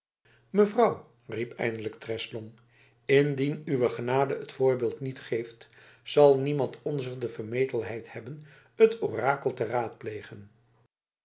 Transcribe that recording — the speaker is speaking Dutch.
mevrouw riep eindelijk treslong indien uwe genade het voorbeeld niet geeft zal niemand onzer de vermetelheid hebben het orakel te raadplegen